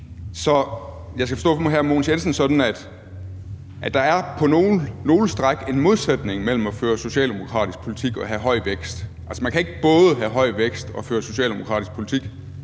Mogens Jensen sådan, at der på nogle stræk er en modsætning mellem at føre socialdemokratisk politik og have høj vækst? Man kan altså ikke både have høj vækst og føre socialdemokratisk politik,